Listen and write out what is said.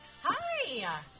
Hi